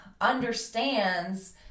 understands